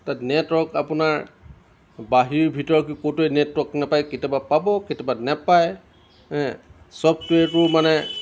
তাত নেটৱৰ্ক আপোনাৰ বাহিৰ ভিতৰ কি ক'তোৱেই নেটৱৰ্ক নাপায় কেতিয়াবা পাব কেতিয়াবা নাপায় হেঁ চফটৱেৰটো মানে